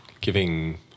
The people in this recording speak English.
giving